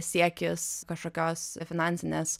siekis kažkokios finansinės